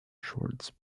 shorts